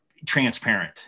transparent